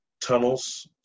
tunnels